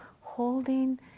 holding